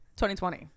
2020